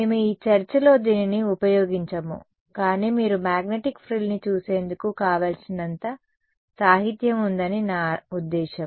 మేము ఈ చర్చలో దీనిని ఉపయోగించము కానీ మీరు మాగ్నెటిక్ ఫ్రిల్ని చూసేందుకు కావలసినంత సాహిత్యం ఉందని నా ఉద్దేశ్యం